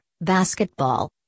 basketball